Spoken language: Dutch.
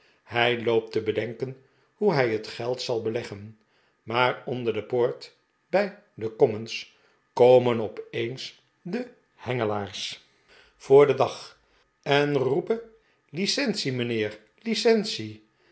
hij loopt te bedenken hoe hij het geld zal beleggen maar onder de poort bij de commons komen op eens de hengelaars voor den dag en roepen licence mijnheer licence